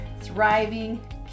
thriving